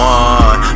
one